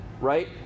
right